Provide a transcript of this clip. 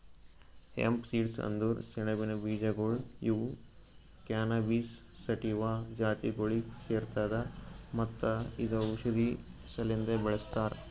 hemp seeds ಅಂದುರ್ ಸೆಣಬಿನ ಬೀಜಗೊಳ್ ಇವು ಕ್ಯಾನಬಿಸ್ ಸಟಿವಾ ಜಾತಿಗೊಳಿಗ್ ಸೇರ್ತದ ಮತ್ತ ಇದು ಔಷಧಿ ಸಲೆಂದ್ ಬಳ್ಸತಾರ್